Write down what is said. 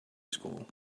school